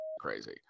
crazy